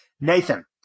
Nathan